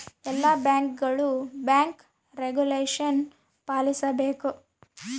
ಎಲ್ಲ ಬ್ಯಾಂಕ್ಗಳು bank regulation ಪಾಲಿಸಬೇಕು